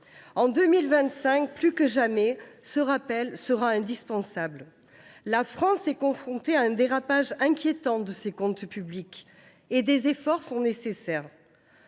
En 2025, plus que jamais, ce rappel sera indispensable. La France est confrontée à un dérapage inquiétant de ses comptes publics, et des efforts sont nécessaires.